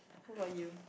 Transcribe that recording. what about you